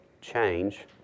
change